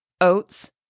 oats